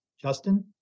Justin